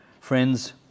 Friends